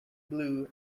blue